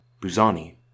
Buzani